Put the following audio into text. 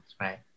right